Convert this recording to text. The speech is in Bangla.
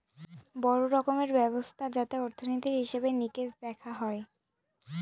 বড়ো রকমের ব্যবস্থা যাতে অর্থনীতির হিসেবে নিকেশ দেখা হয়